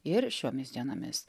ir šiomis dienomis